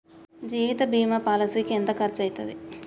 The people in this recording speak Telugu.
జీవిత బీమా పాలసీకి ఎంత ఖర్చయితది?